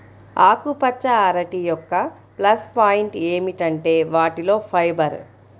ఆకుపచ్చ అరటి యొక్క ప్లస్ పాయింట్ ఏమిటంటే వాటిలో ఫైబర్